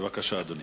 בבקשה, אדוני.